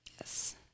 Yes